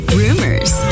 rumors